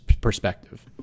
perspective